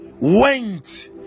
went